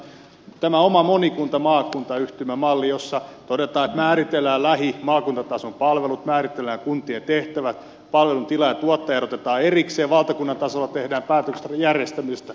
sitten täällä lopussa on keskustan tämä oma monikuntamaakuntayhtymä malli jossa todetaan että määritellään lähi maakuntatason palvelut määritellään kuntien tehtävät palvelun tilaaja ja tuottaja erotetaan erikseen valtakunnan tasolla tehdään päätökset näiden järjestämisestä